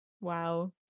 Wow